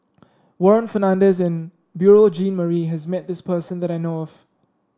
Warren Fernandez and Beurel Jean Marie has met this person that I know of